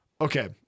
Okay